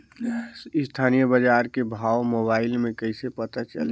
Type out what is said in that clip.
स्थानीय बजार के भाव मोबाइल मे कइसे पता चलही?